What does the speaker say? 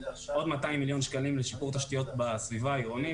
עוד 200 מיליון שקלים לשיפור תשתיות בסביבה העירונית.